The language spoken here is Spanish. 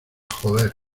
joder